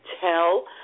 tell